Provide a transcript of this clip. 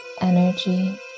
energy